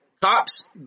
cops